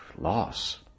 loss